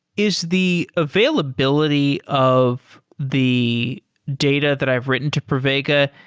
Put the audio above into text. is the availability of the data that i've written to pravega,